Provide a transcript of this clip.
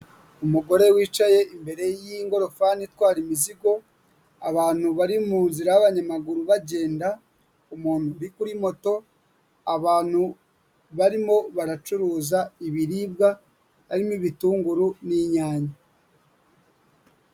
Umugore wicaye imbere y'ingorofani itwara imizigo, abantu bari muzirara y'abanyamaguru bagenda, umuntu kuri moto, abantu barimo baracuruza ibiribwa, arimo ibitunguru n'inyanya.